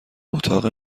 اتاق